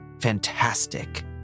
fantastic